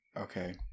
okay